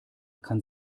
kann